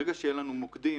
ברגע שיהיו לנו מוקדים,